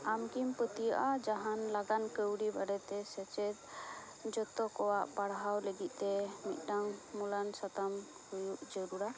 ᱟᱢᱠᱤᱢ ᱯᱟᱹᱛᱭᱟᱹᱜᱼᱟ ᱡᱟᱦᱟᱱ ᱞᱟᱜᱟᱱ ᱠᱟᱣᱰᱤ ᱵᱟᱨᱮᱛᱮ ᱥᱮᱪᱮᱫ ᱡᱚᱛᱚ ᱠᱚᱣᱟᱜ ᱯᱟᱲᱦᱟᱣ ᱞᱟᱹᱜᱤᱛᱮ ᱢᱤᱫᱴᱟᱝ ᱢᱩᱞᱟᱭᱚᱱ ᱥᱟᱛᱟᱢ ᱦᱩᱭᱩᱜ ᱡᱟᱹᱨᱩᱲᱟ